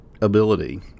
ability